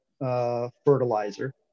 fertilizer